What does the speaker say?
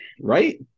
Right